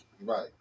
Right